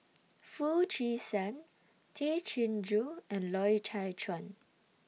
Foo Chee San Tay Chin Joo and Loy Chye Chuan